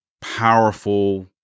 powerful